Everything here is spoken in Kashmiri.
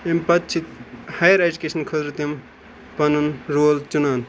امہِ پَتہٕ چھِ ہایر اٮ۪جوکیشَن خٲطرٕ تِم پَنُن رول چُنان